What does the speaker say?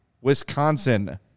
Wisconsin